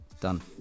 Done